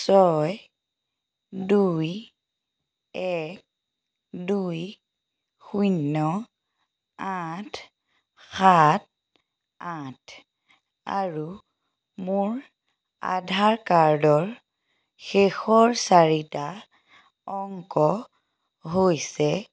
ছয় দুই এক দুই শূন্য আঠ সাত আঠ আৰু মোৰ আধাৰ কাৰ্ডৰ শেষৰ চাৰিটা অংক হৈছে